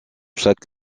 chaque